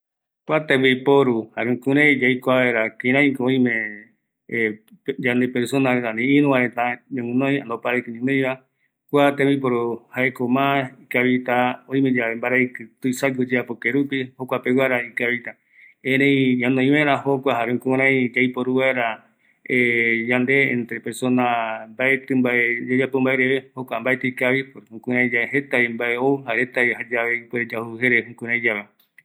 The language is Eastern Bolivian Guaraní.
﻿ Kua tembiporu, jare kurai yaikua vaera kiraipa oime yande persona reta ani irüvareta, ñoguinoi ani oparaiki ñoguinoiva, kua tembiporu jaeko ma ikavita, oimeyave mbaraiki tuisague oyeapo kerupi, jokuapegura ikavita, erei ñanoi aera jokua jare jukurai yaiporu vaera yande entre persona mbaeti mbae yayapo mbae reve, jokua mbaeti ikavi, porque jukuraiyae jetavi mbae ou jaereta jare ip uere yajujere jukuraiyae